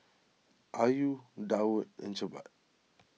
Ayu Daud and Jebat